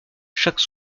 chaque